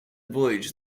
voyage